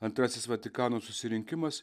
antrasis vatikano susirinkimas